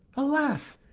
alas,